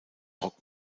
rock